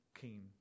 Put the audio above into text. keen